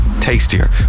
tastier